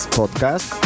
podcast